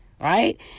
right